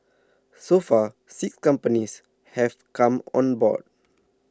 so far six companies have come on board